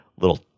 little